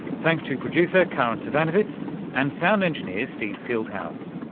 thanks to producer karin zsivanovits and sound engineer steve fieldhouse.